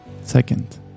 second